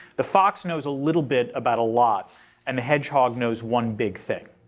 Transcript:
the fox knows a little bit about a lot and the hedgehog knows one big thing.